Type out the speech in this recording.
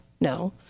no